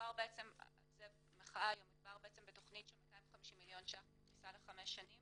מדובר בתכנית של 250 מיליון שקל בפריסה לחמש שנים